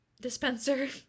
dispenser